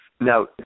Now